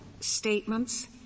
statements